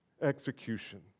execution